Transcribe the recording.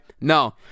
No